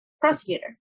prosecutor